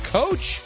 coach